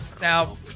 Now